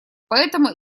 поэтому